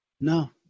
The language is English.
No